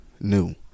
new